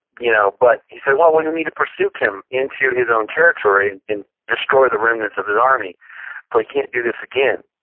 you know but he said, well we need to pursue kim into his own territory and destroy the remnants of the army so but he can't do this again.